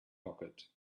pocket